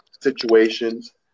situations